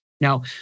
Now